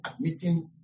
admitting